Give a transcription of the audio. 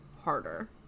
harder